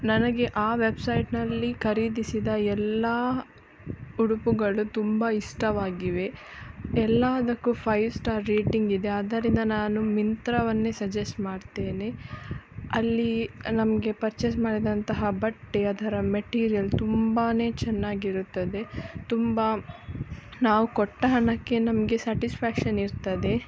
ನನಗೆ ಆ ವೆಬ್ಸೈಟ್ನಲ್ಲಿ ಖರೀದಿಸಿದ ಎಲ್ಲ ಉಡುಪುಗಳು ತುಂಬ ಇಷ್ಟವಾಗಿವೆ ಎಲ್ಲದಕ್ಕೂ ಫೈವ್ ಸ್ಟಾರ್ ರೇಟಿಂಗಿದೆ ಅದರಿಂದ ನಾನು ಮಿಂತ್ರಾವನ್ನೆ ಸಜೆಸ್ಟ್ ಮಾಡ್ತೇನೆ ಅಲ್ಲಿ ನಮಗೆ ಪರ್ಚೇಸ್ ಮಾಡಿದಂತಹ ಬಟ್ಟೆ ಅದರ ಮೆಟೀರಿಯಲ್ ತುಂಬಾ ಚೆನ್ನಾಗಿರುತ್ತದೆ ತುಂಬ ನಾವು ಕೊಟ್ಟ ಹಣಕ್ಕೆ ನಮಗೆ ಸ್ಯಾಟಿಸ್ಫ್ಯಾಕ್ಷನ್ ಇರ್ತದೆ